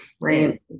Right